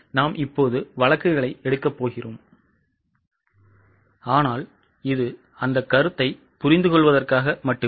நாம் வழக்குகளை எடுக்கப் போகிறோம் ஆனால் இது அந்தக் கருத்தைப் புரிந்து கொள்வதற்காக மட்டுமே